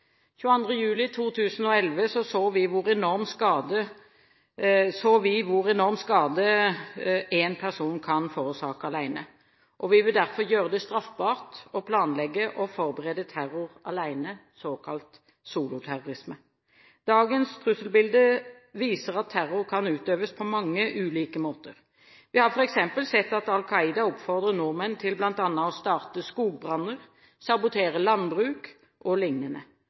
22. juli 2011 så vi hvor enorm skade én person kan forårsake alene. Vi vil derfor gjøre det straffbart å planlegge og forberede terror alene, såkalt soloterrorisme. Dagens trusselbilde viser at terror kan utøves på mange ulike måter. Vi har f.eks. sett at Al Qaida oppfordrer nordmenn til bl.a. å starte skogbranner, sabotere landbruk